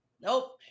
nope